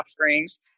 offerings